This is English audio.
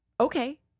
Okay